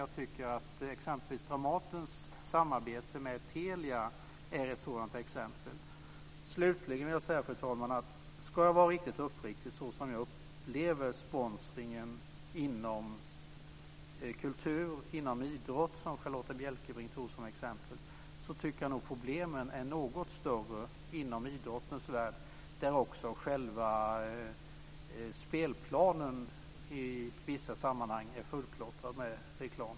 Jag tycker att exempelvis Dramatens samarbete med Telia är ett sådant exempel. Slutligen vill jag säga, fru talman, att ska jag vara riktigt uppriktig med hur jag upplever sponsringen inom kultur och inom idrott, som Charlotta Bjälkebring tog som exempel, tycker jag nog att problemen är något större inom idrottens värld, där också själva spelplanen i vissa sammanhang är fullklottrad med reklam.